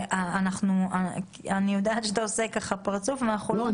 אתה עושה ככה פרצוף --- לא,